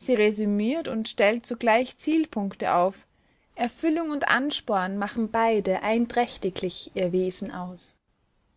sie resümiert und stellt zugleich zielpunkte auf erfüllung und ansporn machen beide einträchtiglich ihr wesen aus